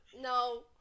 No